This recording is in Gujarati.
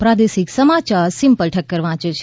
પ્રાદેશિક સમાચાર સિમ્પલ ઠક્કર વાંચે છે